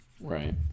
Right